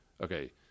okay